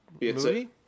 movie